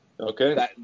Okay